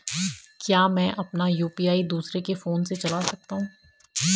क्या मैं अपना यु.पी.आई दूसरे के फोन से चला सकता हूँ?